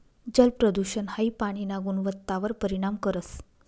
जलप्रदूषण हाई पाणीना गुणवत्तावर परिणाम करस